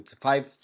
five